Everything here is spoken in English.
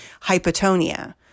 hypotonia